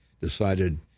decided